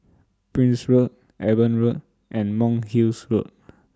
Prince Road Eben Road and Monk's Hill Road